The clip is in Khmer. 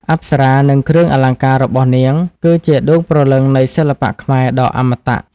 អប្សរា និងគ្រឿងអលង្ការរបស់នាង គឺជាដួងព្រលឹងនៃសិល្បៈខ្មែរដ៏អមតៈ។